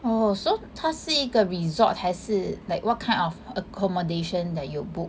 oh so 它是一个 resort 还是 like what kind of accommodation that you book